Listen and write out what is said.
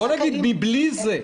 אבל מבלי זה,